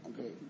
Okay